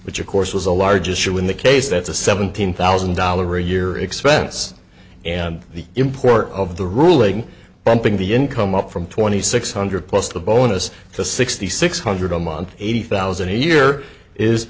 which of course was a large issue in the case that's a seventeen thousand dollar a year expense and the import of the ruling bumping the income up from twenty six hundred plus the bonus to sixty six hundred a month eighty thousand a year is